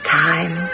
time